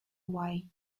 why